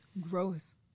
growth